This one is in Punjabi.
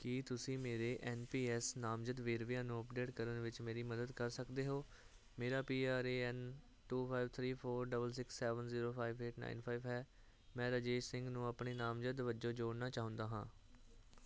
ਕੀ ਤੁਸੀਂ ਮੇਰੇ ਐੱਨ ਪੀ ਐੱਸ ਨਾਮਜ਼ਦ ਵੇਰਵਿਆਂ ਨੂੰ ਅੱਪਡੇਟ ਕਰਨ ਵਿੱਚ ਮੇਰੀ ਮਦਦ ਕਰ ਸਕਦੇ ਹੋ ਮੇਰਾ P R A N two five three four double six seven zero five eight nine five ਹੈ ਮੈਂ ਰਾਜੇਸ਼ ਸਿੰਘ ਨੂੰ ਆਪਣੇ ਨਾਮਜ਼ਦ ਵਜੋਂ ਜੋੜਨਾ ਚਾਹੁੰਦਾ ਹਾਂ